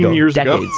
years ago,